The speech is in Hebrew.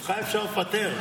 אותך אפשר לפטר.